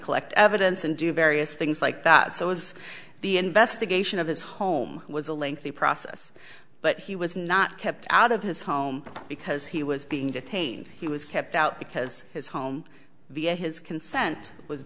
collect evidence and do various things like that so as the investigation of his home was a lengthy process but he was not kept out of his home because he was being detained he was kept out because his home via his consent was